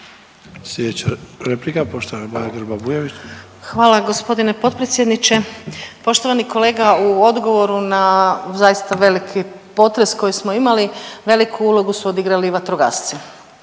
Sljedeća replika poštovana Maja Grba Bujević. **Grba-Bujević, Maja (HDZ)** Hvala g. potpredsjedniče. Poštovani kolega u odgovoru na zaista veliki potres koji smo imali, veliku ulogu su odigrali i vatrogasci,